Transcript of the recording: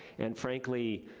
and frankly,